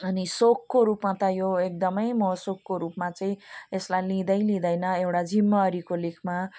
अनि सौकको रूपमा त एकदमै म सौकको रूपमा चाहिँ यसलाई लिँदैलिँदैन एउटा जिम्मेवारीको लेखमा